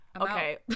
okay